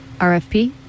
RFP